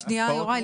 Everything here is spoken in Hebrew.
שנייה יוראי.